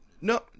No